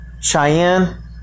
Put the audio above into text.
Cheyenne